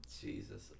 Jesus